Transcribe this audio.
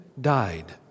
died